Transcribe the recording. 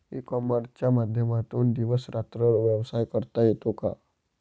E कॉमर्सच्या माध्यमातून दिवस रात्र व्यवसाय करता येतो का?